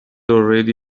already